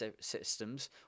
systems